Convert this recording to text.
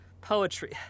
Poetry